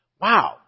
wow